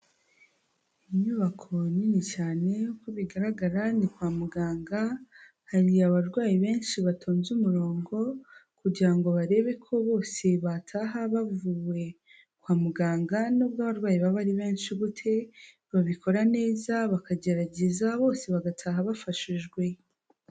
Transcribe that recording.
Inyubako nini cyane, uko bigaragara ni kwa muganga, hari abarwayi benshi batonze umurongo kugira ngo barebe ko bose bataha bavuwe, kwa muganga nubwo abarwayi baba ari benshi gute, babikora neza bakagerageza bose bagataha bafashijwe.